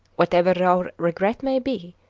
whatever our regret may be,